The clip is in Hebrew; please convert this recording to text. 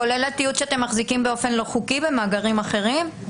כולל התיעוד שאתם מחזיקים באופן לא חוקי במאגרים אחרים?